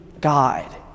God